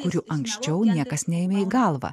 kurių anksčiau niekas neėmė į galvą